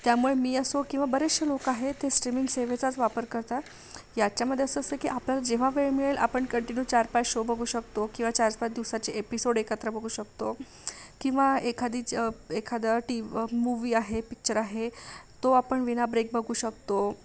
त्यामुळे मी असो किंवा बरेचसे लोक आहे ते स्ट्रीमिंग सेवेचाच वापर करतात याच्यामध्ये असं असते की आपल्याला जेव्हा वेळ मिळेल आपण कंटिन्यू चार पाच शो बघू शकतो किंवा चार पाच दिवसाचे एपिसोड एकत्र बघू शकतो किंवा एखादीच एखादं टी मूव्ही आहे पिच्चर आहे तो आपण विनाब्रेक बघू शकतो